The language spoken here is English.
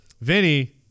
Vinny